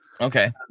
Okay